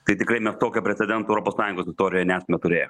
tai tikrai mes tokio precedento europos sąjungos istorijoje nesame turėję